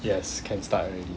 yes can start already